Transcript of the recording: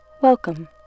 Welcome